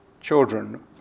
children